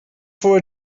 for